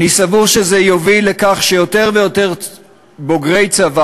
אני סבור שזה יוביל לכך שיותר ויותר בוגרי צבא